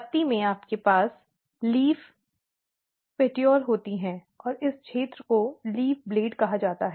पत्ती में आपके पास लीफ पेट्इोल होती है और इस क्षेत्र को पत्ती ब्लेड कहा जाता है